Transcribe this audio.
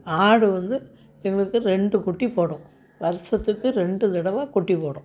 ஆடு வந்து எங்களுக்கு ரெண்டு குட்டி போடும் வருஷத்துக்கு ரெண்டு தடவை குட்டி போடும்